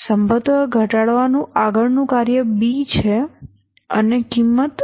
સંભવત ઘટાડવાનું આગળનું કાર્ય B છે અને કિંમત